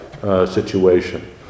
situation